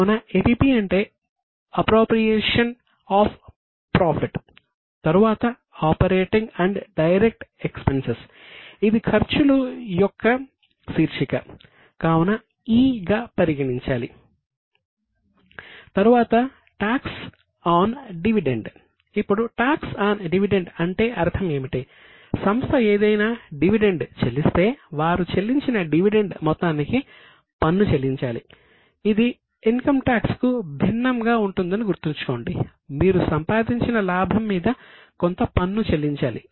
కావున APP అంటే appropriation of profit చెల్లించాలి